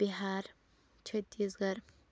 Bihar Chhattisgarh